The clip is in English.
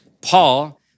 Paul